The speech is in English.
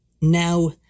Now